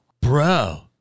bro